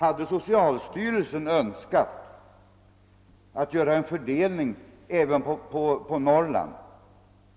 Om socialstyrelsen hade önskat göra en fördelning även på Norrland